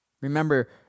Remember